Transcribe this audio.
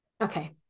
Okay